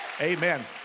Amen